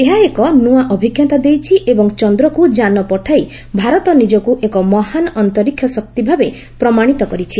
ଏହା ଏକ ନ୍ତଆ ଅଭିଜ୍ଞତା ଦେଇଛି ଏବଂ ଚନ୍ଦ୍ରକୁ ଯାନ ପଠାଇ ଭାରତ ନିଜକୁ ଏକ ମହାନ୍ ଅନ୍ତରୀକ୍ଷ ଶକ୍ତିଭାବେ ପ୍ରମାଣିତ କରିଛି